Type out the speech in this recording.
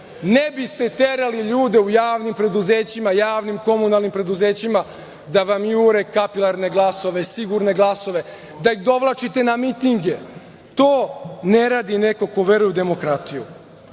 javnim preduzećima, javnim komunalnim preduzećima da vam jure kapilarne glasove i sigurne glasove, da ih dovlačite na mitinge. To ne radi neko ko veruje u demokratiju. Konačno,